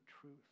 truth